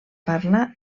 parla